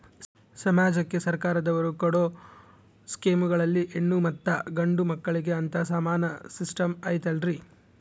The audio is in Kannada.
ಸಮಾಜಕ್ಕೆ ಸರ್ಕಾರದವರು ಕೊಡೊ ಸ್ಕೇಮುಗಳಲ್ಲಿ ಹೆಣ್ಣು ಮತ್ತಾ ಗಂಡು ಮಕ್ಕಳಿಗೆ ಅಂತಾ ಸಮಾನ ಸಿಸ್ಟಮ್ ಐತಲ್ರಿ?